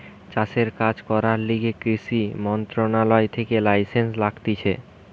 চাষের কাজ করার লিগে কৃষি মন্ত্রণালয় থেকে লাইসেন্স লাগতিছে